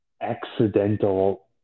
Accidental